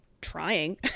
trying